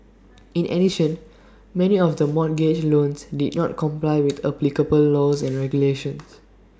in addition many of the mortgage loans did not comply with applicable laws and regulations